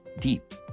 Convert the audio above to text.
deep